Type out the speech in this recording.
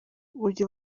uyu